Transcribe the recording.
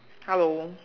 hello